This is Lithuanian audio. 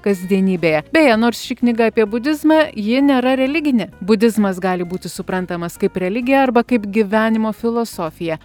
kasdienybėje beje nors ši knyga apie budizmą ji nėra religinė budizmas gali būti suprantamas kaip religija arba kaip gyvenimo filosofija